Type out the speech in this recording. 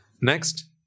Next